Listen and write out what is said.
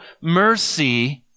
mercy